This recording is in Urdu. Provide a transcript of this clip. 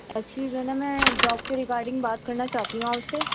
ایکچولی جو ہے نا میں جاب کے ریگارڈنگ بات کرنا چاہتی ہوں آپ سے